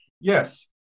Yes